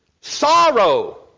sorrow